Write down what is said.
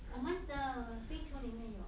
我们的冰储里面有